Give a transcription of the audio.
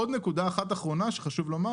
עוד נקודה אחת אחרונה שחשוב לומר,